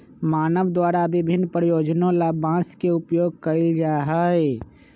मानव द्वारा विभिन्न प्रयोजनों ला बांस के उपयोग कइल जा हई